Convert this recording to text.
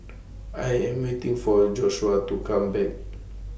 I Am waiting For Joshuah to Come Back